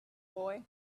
boy